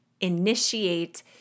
initiate